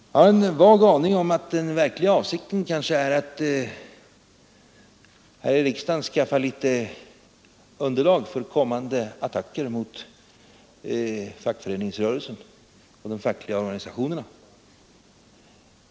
Jag har en känsla av att den verkliga avsikten möjligen är att här i riksdagen skaffa underlag för kommande attacker mot de fackliga organisationerna.